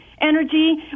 energy